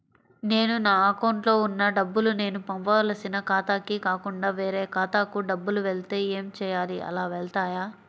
నేను నా అకౌంట్లో వున్న డబ్బులు నేను పంపవలసిన ఖాతాకి కాకుండా వేరే ఖాతాకు డబ్బులు వెళ్తే ఏంచేయాలి? అలా వెళ్తాయా?